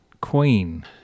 Queen